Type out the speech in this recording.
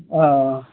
आं